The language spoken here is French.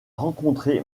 rencontré